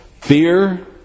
fear